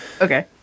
Okay